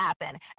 happen